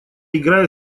играю